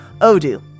Odoo